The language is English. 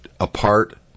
Apart